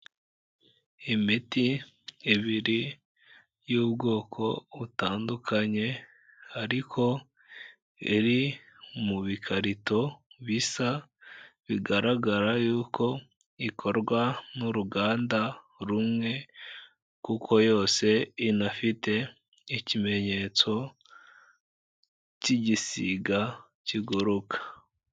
Imiti ibiri y'ubwoko butandukanye ariko iri mu bikarito bisa, bigaragara y'uko ikorwa n'uruganda rumwe kuko yose inafite ikimenyetso cy'igisiga kiguruka.